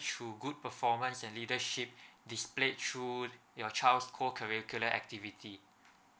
through good performance and leadership displayed through your child's co curricular activity